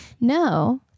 No